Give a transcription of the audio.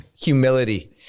Humility